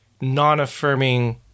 non-affirming